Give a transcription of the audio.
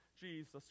Jesus